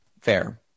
fair